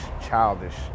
childish